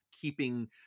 keeping